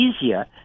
easier